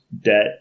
debt